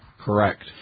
Correct